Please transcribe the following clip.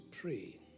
pray